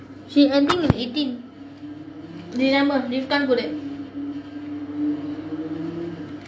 she ending at eighteen december rifkan கூட:kooda